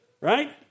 right